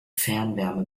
fernwärme